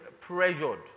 pressured